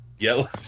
Yellow